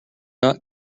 not